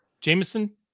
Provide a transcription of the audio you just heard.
Jameson